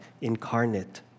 incarnate